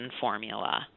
formula